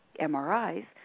MRIs